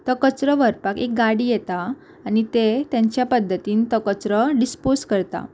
तो कचरो व्हरपाक एक गाडी येता आनी ते तांच्या पद्दतीन तो कचरो डिस्पोज करता